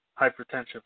hypertension